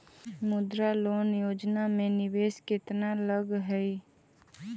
मुद्रा लोन योजना में निवेश केतना लग हइ?